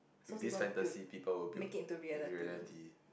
with this fantasy people will built a reality